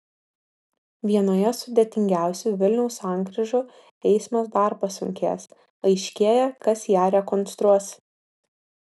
vienoje sudėtingiausių vilniaus sankryžų eismas dar pasunkės aiškėja kas ją rekonstruos